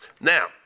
Now